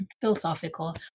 philosophical